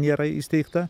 nėra įsteigta